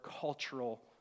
cultural